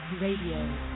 Radio